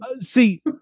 see